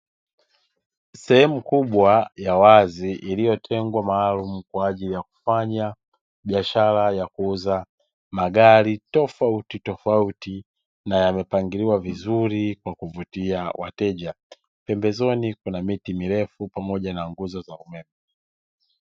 Sehemu kubwa ya wazi iliyotengwa maalumu kwa ajili ya kufanya biashara ya kuuza magari tofautitofauti, na yamepangiliwa vizuri kuvutia wateja. Pembezoni kuna miti mirefu pamoja na nguzo za umeme.